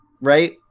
right